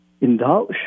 indulge